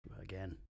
again